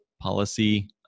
policy